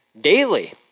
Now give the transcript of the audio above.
Daily